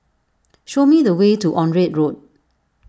show me the way to Onraet Road